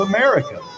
America